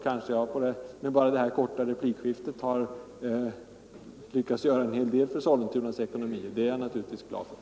Kanske har jag med det här korta replikskiftet lyckats göra en hel del för Sollentunas ekonomi. Det är jag i så fall glad över.